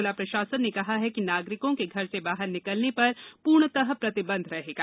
जिला प्रषासन ने कहा है कि नागरिकों के घर से बाहर निकलने पर पूर्णतः प्रतिबंध रहेगा